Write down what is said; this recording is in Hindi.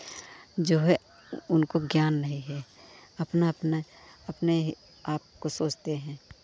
जो है वो उनको ज्ञान नहीं है अपना अपना अपने ही आपको सोचते हैं